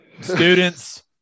students